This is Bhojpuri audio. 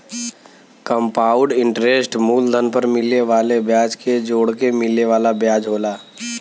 कंपाउड इन्टरेस्ट मूलधन पर मिले वाले ब्याज के जोड़के मिले वाला ब्याज होला